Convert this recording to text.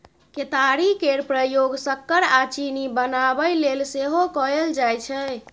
केतारी केर प्रयोग सक्कर आ चीनी बनाबय लेल सेहो कएल जाइ छै